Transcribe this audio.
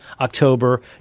October